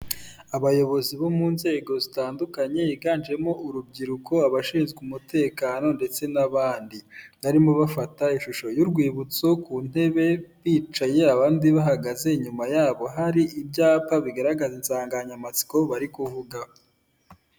Abayobozi bo mu nzego zitandukanye higanjemo urubyiruko, abashinzwe umutekano ndetse n'abandi barimo bafata ishusho y'urwibutso ku ntebe bicaye abandi bahagaze, inyuma yabo hari ibyapa bigaragaza insanganyamatsiko bari kuvuga ho.